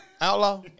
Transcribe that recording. Outlaw